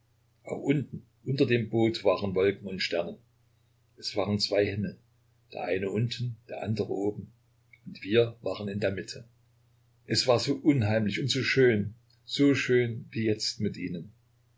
unten unter dem boot waren wolken und sterne es waren zwei himmel der eine unten der andere oben und wir waren in der mitte es war so unheimlich und so schön so schön wie jetzt mit ihnen